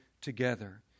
together